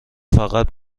فقط